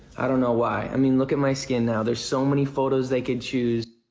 i don't know why. i mean, look at my skin now. there's so many photos they could choose.